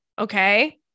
Okay